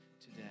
today